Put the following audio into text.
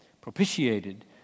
propitiated